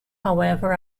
however